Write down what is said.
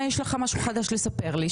האם יש לך משהו חדש לספר לי,